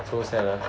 so sad lah